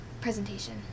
presentation